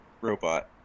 robot